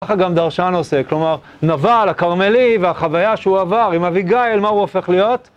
ככה גם דרשן עוסק, כלומר, נבל הקרמלי והחוויה שהוא עבר עם אבי גיאל, מה הוא הופך להיות?